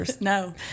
no